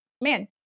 man